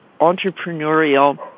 entrepreneurial